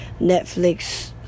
Netflix